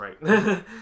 right